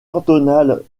cantonales